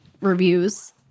reviews